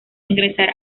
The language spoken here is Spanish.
ingresar